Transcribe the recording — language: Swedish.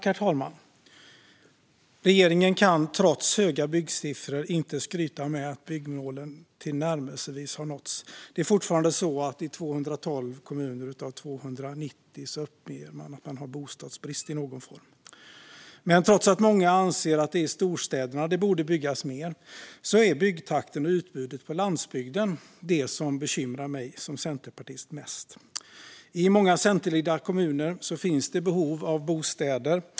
Herr talman! Regeringen kan, trots höga byggsiffror, inte skryta med att byggmålen tillnärmelsevis har nåtts. Fortfarande uppger 212 av 290 kommuner att de har bostadsbrist i någon form. Men trots att många anser att det är i storstäderna som det borde byggas mer är byggtakten och utbudet på landsbygden det som bekymrar mig som centerpartist mest. I många centerledda kommuner finns det behov av bostäder.